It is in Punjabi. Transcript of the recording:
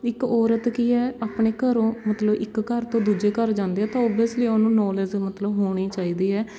ਇੱਕ ਔਰਤ ਕੀ ਹੈ ਆਪਣੇ ਘਰੋਂ ਮਤਲਬ ਇੱਕ ਘਰ ਤੋਂ ਦੂਜੇ ਜਾਂਦੇ ਆ ਤਾਂ ਓਬਐਸਲੀ ਉਹਨੂੰ ਨੌਲੇਜ ਮਤਲਬ ਹੋਣੀ ਚਾਹੀਦੀ ਹੈ